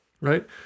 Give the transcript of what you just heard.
Right